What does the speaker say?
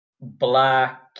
black